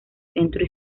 centro